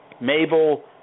Mabel